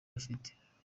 afite